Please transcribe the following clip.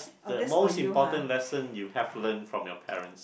the most important lesson you have learnt from your parents